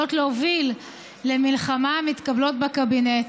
שיכולות להוביל למלחמה מתקבלות בקבינט.